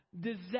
disaster